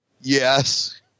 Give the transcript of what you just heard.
Yes